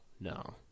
no